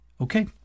Okay